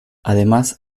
además